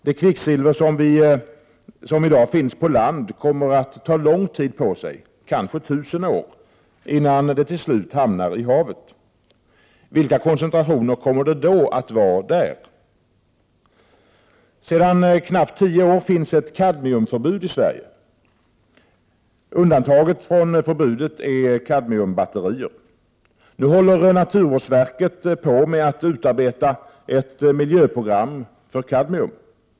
Det kvicksilver som i dag finns på land kommer att ta lång tid på sig — kanske tusen år —- innan det till slut hamnar i havet. Vilka koncentrationer kommer det då att vara där? | Sedan knappt tio år tillbaka finns ett kadmiumförbud i Sverige. Undanta get från förbudet är kadmiumbatterier. Nu håller naturvårdsverket på med | att utarbeta ett miljöprogram för kadmium.